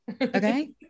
Okay